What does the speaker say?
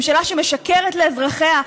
ממשלה שמשקרת לאזרחיה,